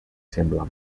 sembla